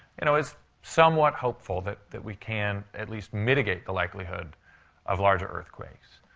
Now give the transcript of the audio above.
and is somewhat hopeful that that we can at least mitigate the likelihood of larger earthquakes.